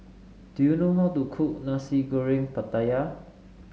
do you know how to cook Nasi Goreng Pattaya